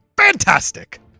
Fantastic